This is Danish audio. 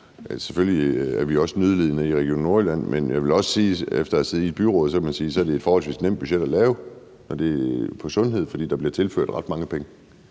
selvfølgelig er vi også nødlidende i Region Nordjylland, men jeg vil også sige, efter at have siddet i byrådet, at det i forhold til sundhed er et forholdsvis nemt budget at lave, fordi der bliver tilført ret mange penge.